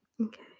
Okay